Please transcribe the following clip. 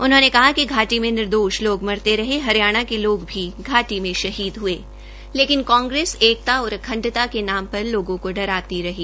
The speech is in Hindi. उन्होंने कहा कि घाटी में निर्दोष लोग मरते रहे हरियाणा के लोग भी घाटी में शहीद हये लेकिन कांग्रेस एकता और अखंडता के नाम पर लोगों का डराती रही